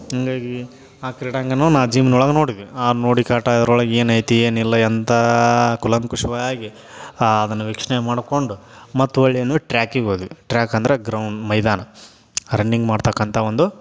ಹಂಗಾಗಿ ಆ ಕ್ರೀಡಾಂಗಣನೂ ನಾನು ಜಿಮ್ನೊಳಗೆ ನೋಡಿದ್ವಿ ನೋಡಿ ಕರ್ಕ್ಟಾಗಿ ಅದ್ರೊಳಗೆ ಏನೈತಿ ಏನಿಲ್ಲ ಎಂತ ಕೂಲಂಕುಷವಾಗಿ ಅದನ್ನು ವೀಕ್ಷಣೆ ಮಾಡಿಕೊಂಡು ಮತ್ತು ಹೊರ್ಳಿ ಏನು ಟ್ರ್ಯಾಕಿಗೆ ಹೋದ್ವಿ ಟ್ರ್ಯಾಕ್ ಅಂದರೆ ಗ್ರೌಂಡ್ ಮೈದಾನ ರನ್ನಿಂಗ್ ಮಾಡತಕ್ಕಂಥ ಒಂದು